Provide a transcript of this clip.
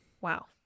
Wow